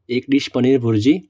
એક ડિશ પનીર ભુરજી